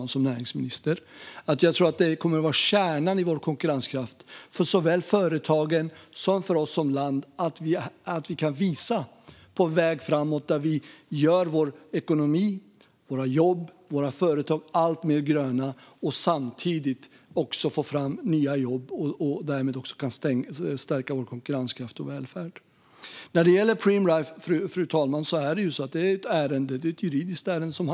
Jag som näringsminister är dessutom övertygad om att det kommer att vara kärnan i vår konkurrenskraft, för såväl företagen som oss som land, att vi kan visa på en väg framåt där vi gör vår ekonomi, våra jobb och våra företag alltmer gröna samtidigt som vi får fram nya jobb och därmed kan stärka vår konkurrenskraft och välfärd. När det gäller Preemraff är det ett juridiskt förvaltningsärende.